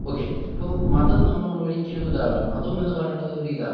okay അപ്പം മതം നമ്മൾ ഒരിക്കലും ഇതാകണം മതം എന്ന് പറയുന്നത് ഒരു ഇതാണ്